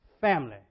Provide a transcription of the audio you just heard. family